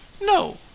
No